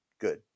good